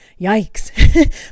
Yikes